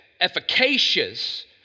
efficacious